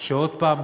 שעוד פעם